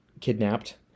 kidnapped